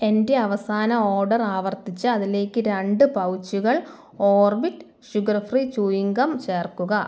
എന്റെ അവസാന ഓർഡർ ആവർത്തിച്ച് അതിലേക്ക് രണ്ട് പൗച്ചുകൾ Orbit sugar free chewing gum ചേർക്കുക